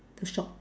the shop